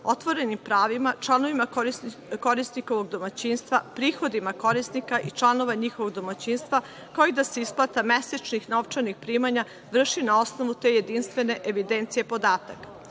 otvorenim pravima, članovima korisnikovog domaćinstva, prihodima korisnika i članova njihovog domaćinstva, kao i da se isplata mesečnih novčanih primanja vrši na osnovu te jedinstvene evidencije podataka. Ovo